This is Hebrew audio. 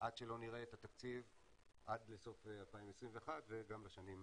עד שלא נראה את התקציב עד לסוף 2021 וגם בשנים הקרובות.